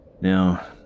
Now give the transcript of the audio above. Now